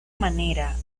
manera